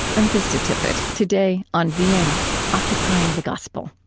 i'm krista tippett. today, on being occupying the gospel.